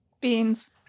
Beans